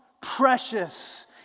precious